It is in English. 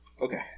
Okay